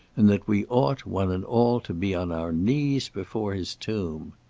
and that we ought, one and all, to be on our knees before his tomb.